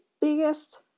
biggest